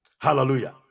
Hallelujah